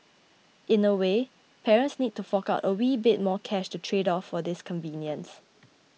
in a way parents need to fork out a wee bit more cash to trade off for this convenience